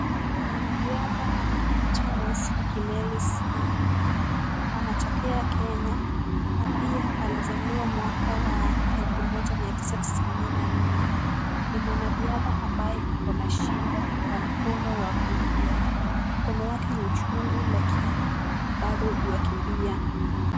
Mwanariadha anayeitwa Wesley Kimeli Sang' anatokea Kenya. Na pia alizaliwa mwaka wa elfu moja mia tisa tisini na nne. Ni mwanariadha ambaye ako na shida ya mkono wa kulia. Mkono wake ni uchungu, lakini bado ywakimbia.